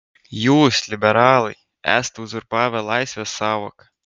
jūs liberalai esate uzurpavę laisvės sąvoką